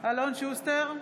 אלון שוסטר,